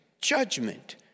judgment